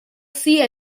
sea